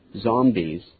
zombies